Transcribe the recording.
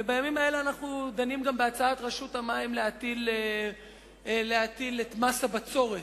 ובימים האלה אנחנו דנים גם בהצעת רשות המים להטיל את מס הבצורת,